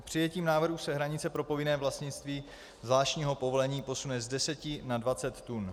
Přijetím návrhu se hranice pro povinné vlastnictví zvláštního povolení posune z deseti na dvacet tun.